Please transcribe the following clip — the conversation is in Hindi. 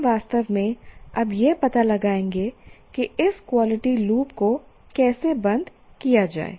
हम वास्तव में अब यह पता लगाएंगे कि इस क्वालिटी लूप को कैसे बंद किया जाए